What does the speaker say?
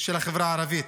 של החברה הערבית,